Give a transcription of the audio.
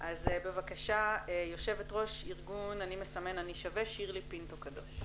בבקשה יו"ר ארגון 'אני מסמן אני שווה' שירלי פינטו קדוש.